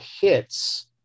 hits